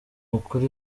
ukuri